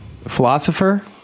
philosopher